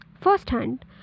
first-hand